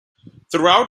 throughout